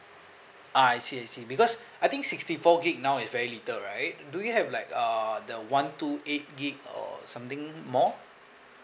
ah I see I see because I think sixty four gig now is very little right do you have like err the one two eight gig or something more